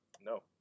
No